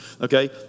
Okay